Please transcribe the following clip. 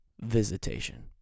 visitation